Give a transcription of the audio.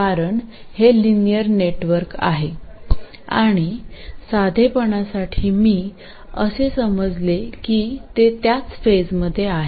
कारण हे linear network आहे आणि साधेपणासाठी मी असे समजेल की ते त्याच फेजमध्ये आहे